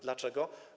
Dlaczego?